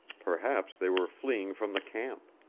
perhaps they were fleeing from the camp.